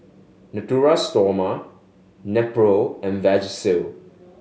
Natura Stoma Nepro and Vagisil